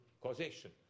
causation